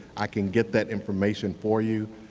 i can get that information for you.